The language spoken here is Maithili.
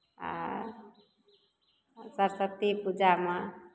आ सरस्वती पूजामे